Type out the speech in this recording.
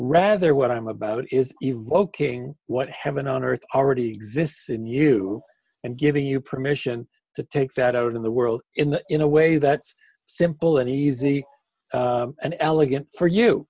rather what i'm about is evoking what heaven on earth already exists in you and giving you permission to take that out of the world in in a way that's simple and easy and elegant for you